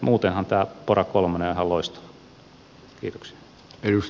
muutenhan tämä pora kolmonen on ihan loistava